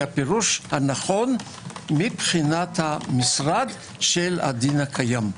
היא הפירוש הנכון מבחינת המשרד של הדין הקיים.